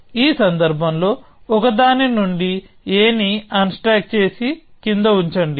ఈ సందర్భంలో ఒకదాని నుండి aని అన్స్టాక్ చేసికింద ఉంచండి